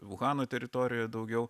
vuhano teritorijoje daugiau